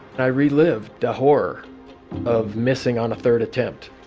i relived the horror of missing on a third attempt